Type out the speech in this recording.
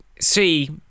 see